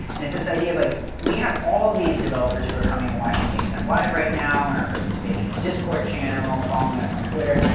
and it's this idea of like we have all of these developers who are coming and watching game stack live right now and are participating in our discord channel, following us on twitter.